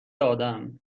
آدم